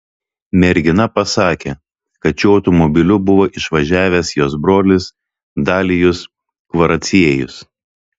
mergina pasakė kad šiuo automobiliu buvo išvažiavęs jos brolis dalijus kvaraciejus